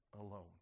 alone